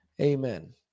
amen